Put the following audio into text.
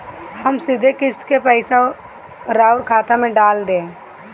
हम सीधे किस्त के पइसा राउर खाता में डाल देम?